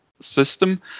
system